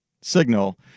signal